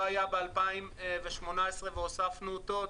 לא היה ב-2018 והוספנו אותו,